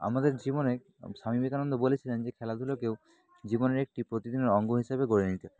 আমাদের জীবনে স্বামী বিবেকানন্দ বলেছিলেন যে খেলাধূলাকেও জীবনের একটি প্রতিদিনের অঙ্গ হিসেবে গড়ে নিতে